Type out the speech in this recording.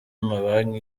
mabanki